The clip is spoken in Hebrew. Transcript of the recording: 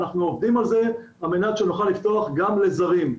אנחנו עובדים על זה על מנת שנוכל לפתוח גם לזרים.